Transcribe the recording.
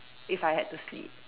if I had to sleep